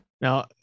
Now